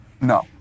No